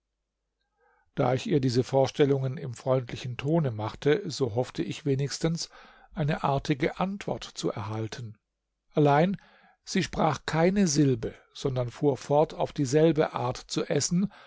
da ich ihr diese vorstellungen im freundlichen tone machte so hoffte ich wenigstens eine artige antwort zu erhalten allein sie sprach keine silbe sondern fuhr fort auf dieselbe art zu essen